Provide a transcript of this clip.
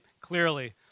clearly